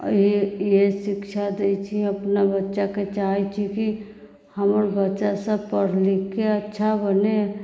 यही यही शिक्षा दैत छी अपना बच्चाके चाहैत छी कि हमर बच्चासभ पढ़ि लिखिके अच्छा बनय